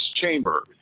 chamber